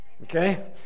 Okay